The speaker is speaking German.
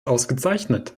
ausgezeichnet